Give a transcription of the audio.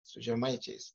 su žemaičiais